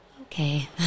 okay